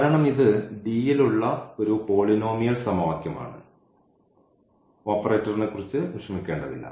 കാരണം ഇത് യിൽ ഉള്ള ഒരു പോളിനോമിയൽ സമവാക്യമാണ് ഓപ്പറേറ്ററിനെക്കുറിച്ച് വിഷമിക്കേണ്ടതില്ല